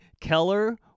Keller